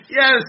yes